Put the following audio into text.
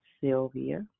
Sylvia